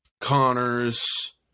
Connor's